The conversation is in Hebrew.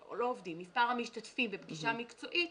או לא עובדים מספר המשתתפים בפגישה מקצועית,